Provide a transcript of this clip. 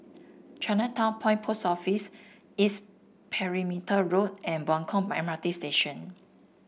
Chinatown Point Post Office East Perimeter Road and Buangkok M R T Station